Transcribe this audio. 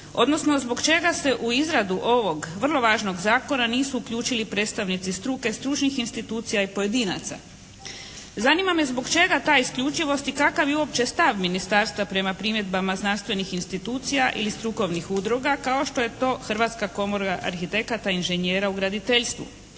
odnosno zbog čega se u izradu ovog vrlo važnog zakona nisu uključili i predstavnici struke, stručnih institucija i pojedinaca. Zanima me zbog čega ta isključivost i kakav je uopće stav ministarstva prema primjedbama znanstvenih institucija ili strukovnih udruga kao što je to Hrvatska komora arhitekata i inžinjera u graditeljstvu.